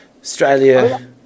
Australia